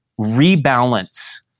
rebalance